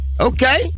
okay